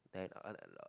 there are a lot